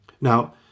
Now